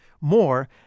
More